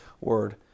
Word